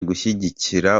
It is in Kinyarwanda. gushyigikira